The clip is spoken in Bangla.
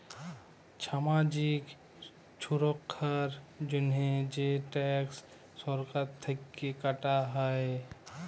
ছামাজিক ছুরক্ষার জন্হে যে ট্যাক্স সরকার থেক্যে কাটা হ্যয়